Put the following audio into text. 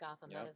Gotham